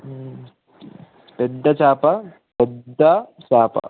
పెద్ద చాప పెద్ద చాప